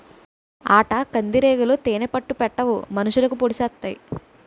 ఆటకందిరీగలు తేనే పట్టు పెట్టవు మనుషులకి పొడిసెత్తాయి